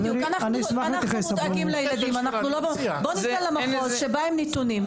יש כאן את נציג מחוז דרום שבא עם נתונים,